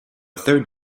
third